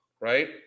right